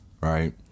right